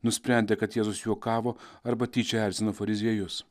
nusprendę kad jėzus juokavo arba tyčia erzino fariziejus